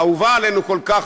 האהובה עלינו כל כך,